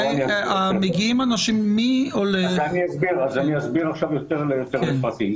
מגיעים אנשים --- אני אסביר עכשיו יותר לפרטים.